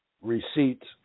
receipts